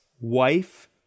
wife